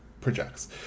projects